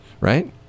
Right